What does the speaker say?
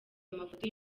amafoto